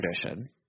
tradition